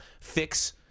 fix